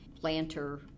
planter